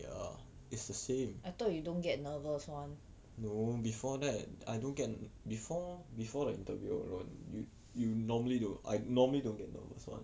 I thought you don't get nervous [one]